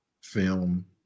film